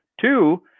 Two